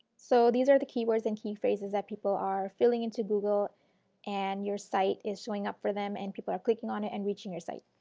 so these are the keywords and key phrases people are filling into google and your site is showing up for them and people are clicking on it and reaching your site.